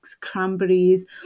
cranberries